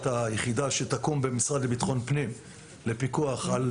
היחידה שתקום במשרד לביטחון הפנים לפיקוח על